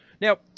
Now